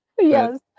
Yes